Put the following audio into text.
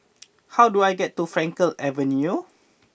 how do I get to Frankel Avenue